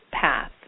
path